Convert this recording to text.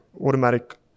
automatic